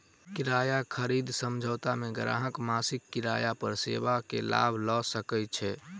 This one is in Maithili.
किराया खरीद समझौता मे ग्राहक मासिक किराया पर सेवा के लाभ लय सकैत छै